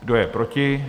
Kdo je proti?